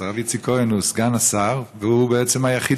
אז הרב איציק כהן הוא סגן השר והוא בעצם היחיד